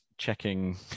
checking